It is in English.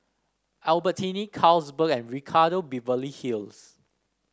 Albertini Carlsberg and Ricardo Beverly Hills